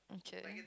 okay